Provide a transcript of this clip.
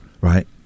right